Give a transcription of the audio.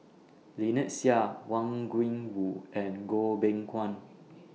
Lynnette Seah Wang Gungwu and Goh Beng Kwan